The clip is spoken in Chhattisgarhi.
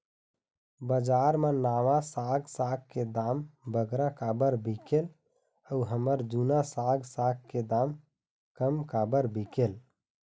बजार मा नावा साग साग के दाम बगरा काबर बिकेल अऊ हमर जूना साग साग के दाम कम काबर बिकेल?